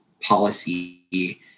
policy